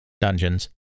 Dungeons